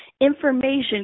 information